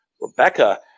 Rebecca